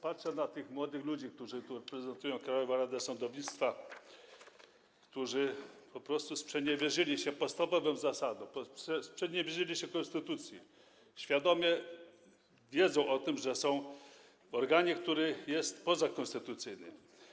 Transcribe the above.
Patrzę na tych młodych ludzi, którzy tu reprezentują Krajową Radę Sądownictwa, którzy po prostu sprzeniewierzyli się podstawowym zasadom, sprzeniewierzyli się konstytucji świadomie, wiedzą o tym, że są w ogranie, który jest pozakonstytucyjny.